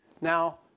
Now